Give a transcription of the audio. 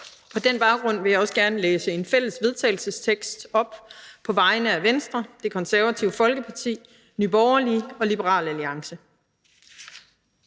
På den baggrund vil jeg gerne læse en fælles vedtagelsestekst op. Det er på vegne af Venstre, Det Konservative Folkeparti, Nye Borgerlige og Liberal Alliance.